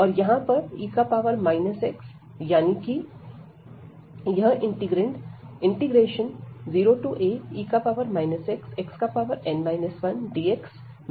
और यहां पर e x यानी कि यह इंटीग्रैंड 0ae xxn 1dx में अब बॉउंडेड है